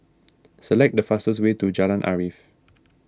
select the fastest way to Jalan Arif